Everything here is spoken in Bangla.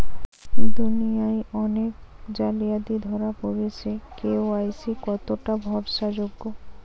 দুনিয়ায় অনেক জালিয়াতি ধরা পরেছে কে.ওয়াই.সি কতোটা ভরসা যোগ্য?